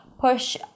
push